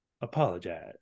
apologize